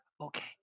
Okay